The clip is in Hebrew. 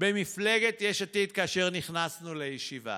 יש טעויות רבות,